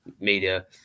media